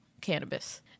cannabis